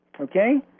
Okay